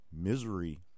misery